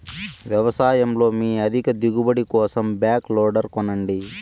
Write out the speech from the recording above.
వ్యవసాయంలో మీ అధిక దిగుబడి కోసం బ్యాక్ లోడర్ కొనండి